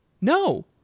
No